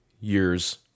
years